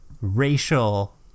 racial